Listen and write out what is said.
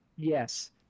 Yes